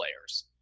players